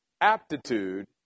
aptitude